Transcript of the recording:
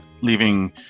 leaving